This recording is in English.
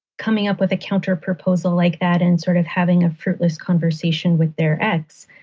coming up with a counterproposal like that and sort of having a fruitless conversation with their ex,